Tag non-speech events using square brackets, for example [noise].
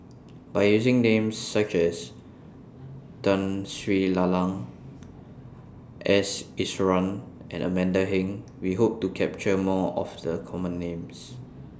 [noise] By using Names such as Tun Sri Lanang S Iswaran and Amanda Heng We Hope to capture More of The Common Names